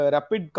Rapid